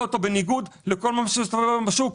אותו בניגוד לכל מה שקיים היום בשוק.